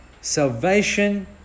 salvation